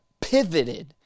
pivoted